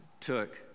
took